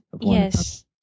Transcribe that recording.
Yes